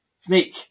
snake